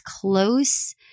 close